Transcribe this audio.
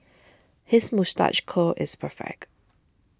his moustache curl is perfect